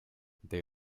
they